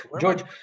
George